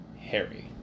Harry